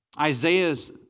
Isaiah's